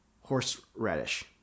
horseradish